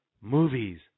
movies